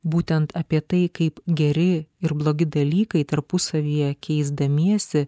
būtent apie tai kaip geri ir blogi dalykai tarpusavyje keisdamiesi